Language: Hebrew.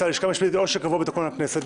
הלשכה המשפטית או שקבוע בתקנון הכנסת.